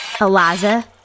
Eliza